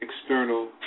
external